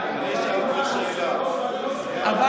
אבל,